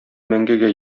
мәңгегә